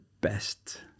best